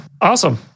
Awesome